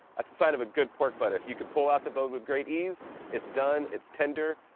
that's a sign of a good pork butt if you can pull out the bone with great ease it's done its tender